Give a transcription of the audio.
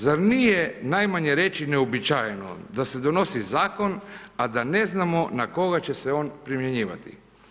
Zar nije, najmanje reći neuobičajeno da se donosi zakon, a da ne znamo na koga će se on primjenjivati.